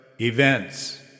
events